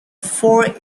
four